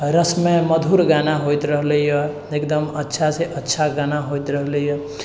रसमय मधुर गाना होइत रहलैए एकदम अच्छासँ अच्छा गाना होइत रहलैए